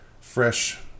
fresh